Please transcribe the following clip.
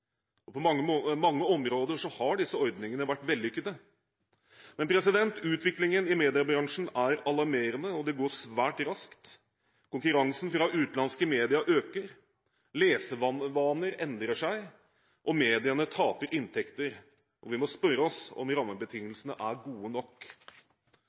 og på mange områder har disse ordningene vært vellykkede. Men utviklingen i mediebransjen er alarmerende, og det går svært raskt – konkurransen fra utenlandsk media øker, lesevaner endrer seg, og mediene taper inntekter – og vi må spørre oss om